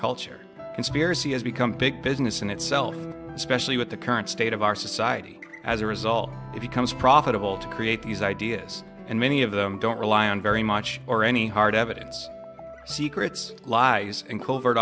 culture conspiracy has become big business in itself especially with the current state of our society as a result if you comes profitable to create these ideas and many of them don't rely on very much or any hard evidence secrets lies and covert